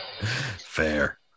Fair